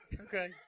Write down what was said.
Okay